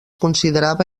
considerava